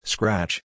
Scratch